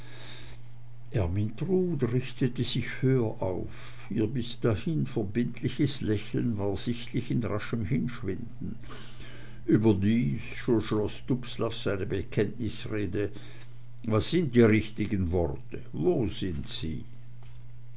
ermyntrud richtete sich höher auf ihr bis dahin verbindliches lächeln war sichtlich in raschem hinschwinden überdies so schloß dubslav seine bekenntnisrede was sind die richtigen worte wo sind sie